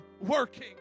working